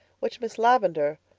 which miss lavendar,